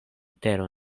tero